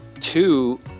two